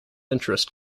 interest